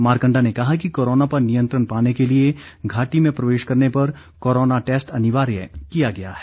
मारकण्डा ने कहा कि कोरोना पर नियंत्रण पाने के लिए घाटी में प्रवेष करने पर कोरोना टैस्ट अनिवार्य किया गया है